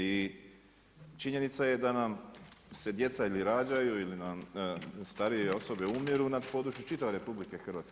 I činjenica je da nam se djeca ili rađaju ili nam starije osobe umiru na području čitave RH.